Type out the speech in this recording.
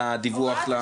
על הדיווח.